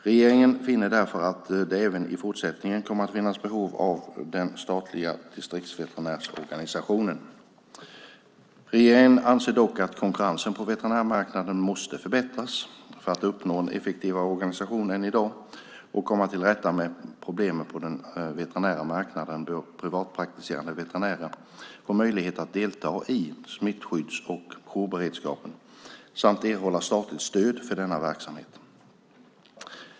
Regeringen finner därför att det även i fortsättningen kommer att finnas behov av den statliga distriktsveterinärsorganisationen. Regeringen anser dock att konkurrensen på veterinärmarknaden måste förbättras. För att uppnå en effektivare organisation än i dag och komma till rätta med problemen på den veterinära marknaden bör privatpraktiserande veterinärer få möjlighet att delta i smittskydds och jourberedskap samt erhålla statligt stöd för denna verksamhet.